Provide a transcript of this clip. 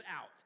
out